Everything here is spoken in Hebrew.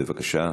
בבקשה,